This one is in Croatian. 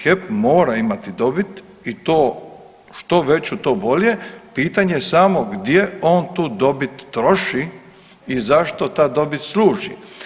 HEP mora imati dobit i to što veće to bolje, pitanje je samo gdje on tu dobit troši i zašto ta dobit služi.